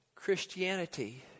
Christianity